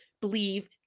believe